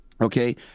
okay